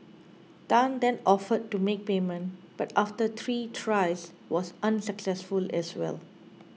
Tan then offered to make payment but after three tries was unsuccessful as well